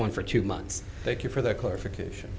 one for two months thank you for their clarification